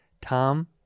Tom